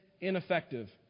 ineffective